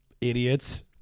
Idiots